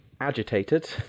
agitated